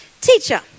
Teacher